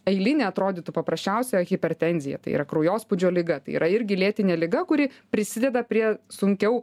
eilinė atrodytų paprasčiausia hipertenzija tai yra kraujospūdžio liga tai yra irgi lėtinė liga kuri prisideda prie sunkiau